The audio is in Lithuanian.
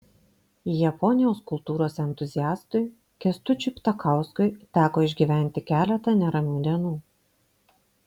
japonijos kultūros entuziastui kęstučiui ptakauskui teko išgyventi keletą neramių dienų